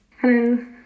hello